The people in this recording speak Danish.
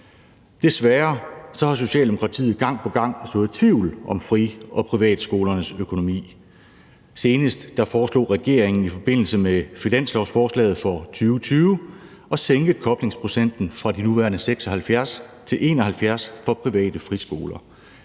Desværre har Socialdemokratiet gang på gang sået tvivl om fri- og privatskolernes økonomi. Senest foreslog regeringen i forbindelse med finanslovsforslaget for 2020 at sænke koblingsprocenten fra de nuværende 76 pct. til 71 pct. for private friskoler.